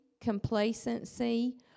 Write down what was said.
complacency